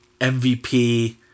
MVP